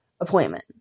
appointment